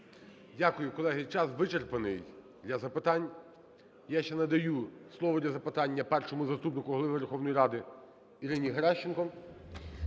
Дякую. Колеги, час вичерпаний для запитань. Я ще надаю слово для запитання Першому заступнику Голови Верховної Ради Ірині Геращенко.